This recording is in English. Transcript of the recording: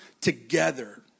together